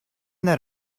that